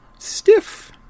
stiff